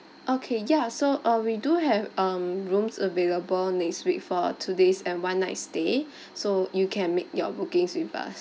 okay yeah so uh we do have um rooms available next week for two days and one night stay so you can make your bookings with us